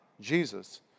Jesus